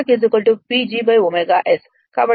కాబట్టి torque PGω S